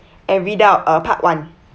and read out part one